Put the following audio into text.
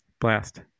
Blast